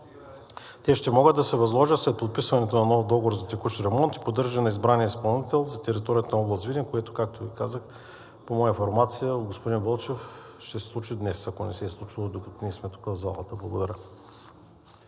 Те ще могат да се възложат след подписването на нов договор за текущ ремонт и поддържане на избрания изпълнител за територията на област Видин, което, както Ви казах, по моя информация от господин Вълчев ще се случи днес, ако не се е случило и докато ние сме тук в залата. Благодаря.